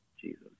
Jesus